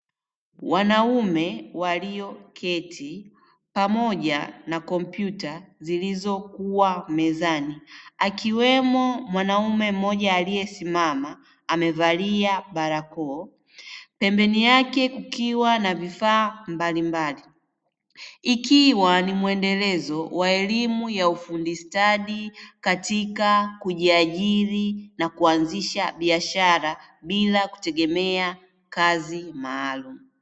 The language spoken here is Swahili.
Wanaume walioketi pamoja na kompyuta zilizokuwa mezani akiwemo mwanamume mmoja aliyesimama amevalia barakoa, pembeni yake kukiwa na vifaa mbalimbali ikiwa ni mwendelezo wa elimu ya ufundishaji katika kujiajiri na kuanzisha biashara bila kutegemea kazi maalum.